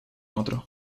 otro